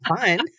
fun